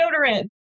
deodorant